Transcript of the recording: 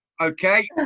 Okay